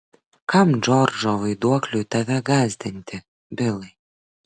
kam džordžo vaiduokliui tave gąsdinti bilai